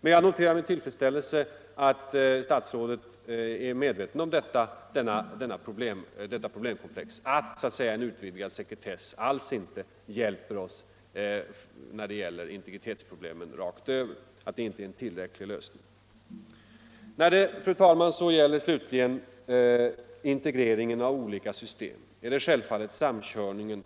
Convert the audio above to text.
Men jag noterar med tillfredsställelse att statsrådet är medveten om att en utvidgad sekretess inte alls hjälper oss att lösa integritetsproblemen i stort. När det gäller integreringen av olika system är det självfallet samkörningen